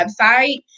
website